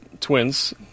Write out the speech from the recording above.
twins